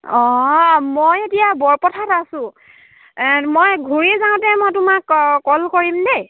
অঁ মই এতিয়া বৰপথাৰত আছোঁ মই ঘূৰি যাওঁতে মই তোমাক কল কৰিম দেই